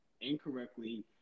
incorrectly